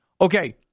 Okay